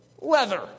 Leather